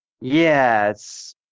Yes